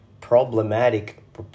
problematic